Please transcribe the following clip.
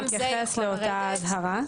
גם זה ייכנס לאותה אזהרה.